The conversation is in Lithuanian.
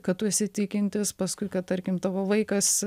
kad tu esi tikintis paskui kad tarkim tavo vaikas